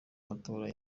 matora